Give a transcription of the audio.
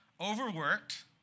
overworked